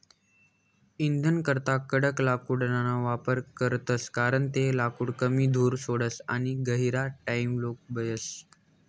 इंधनकरता कडक लाकूडना वापर करतस कारण ते लाकूड कमी धूर सोडस आणि गहिरा टाइमलोग बयस